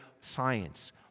science